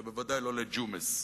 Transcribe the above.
ובוודאי לא לג'ומס,